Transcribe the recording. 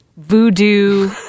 Voodoo